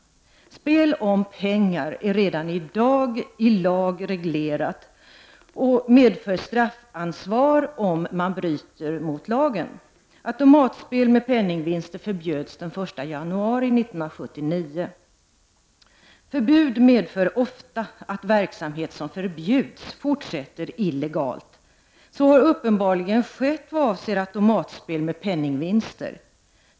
Spel om pengar är redan i dag reglerat i lag och medför straffansvar om man bryter mot lagen. Automatspel med penningsvinster förbjöds den 1 januari 1979. Förbud medför ofta att verksamhet som förbjuds fortsätter illegalt. Så har uppenbarligen skett vad avser automatspel med penningvinster.